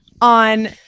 on